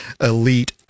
elite